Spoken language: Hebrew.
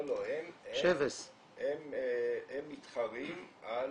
לא, הם מתחרים על